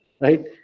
right